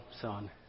Son